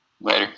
later